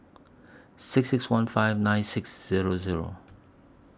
six six one five nine six Zero Zero